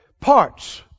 parts